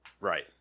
Right